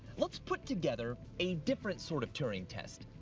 let's put together a different sort of turing test,